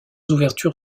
ouverture